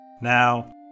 now